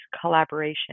collaboration